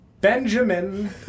Benjamin